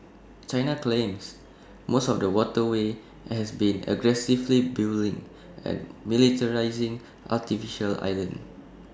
China claims most of the waterway and has been aggressively building and militarising artificial islands